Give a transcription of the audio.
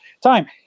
time